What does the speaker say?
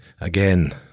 again